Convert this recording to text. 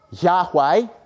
Yahweh